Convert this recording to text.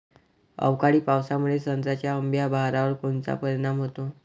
अवकाळी पावसामुळे संत्र्याच्या अंबीया बहारावर कोनचा परिणाम होतो?